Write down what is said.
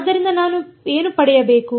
ಆದ್ದರಿಂದ ನಾನು ಏನು ಪಡೆಯಬೇಕು